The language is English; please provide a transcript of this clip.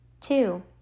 Two